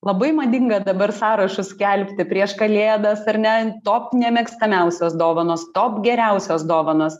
labai madinga dabar sąrašus skelbti prieš kalėdas ar ne top nemėgstamiausios dovanos top geriausios dovanos